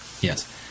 Yes